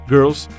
Girls